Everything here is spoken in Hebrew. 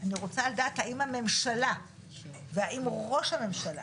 אני רוצה לדעת האם הממשלה והאם ראש הממשלה